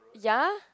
ya